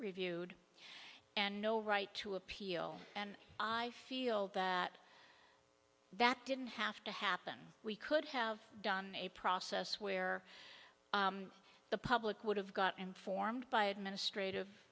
reviewed and no right to appeal and i feel that that didn't have to happen we could have done a process where the public would have got informed by administrative